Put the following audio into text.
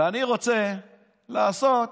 ואני רוצה לעשות